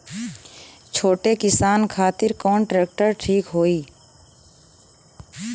छोट किसान खातिर कवन ट्रेक्टर ठीक होई?